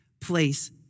place